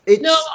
No